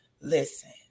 listen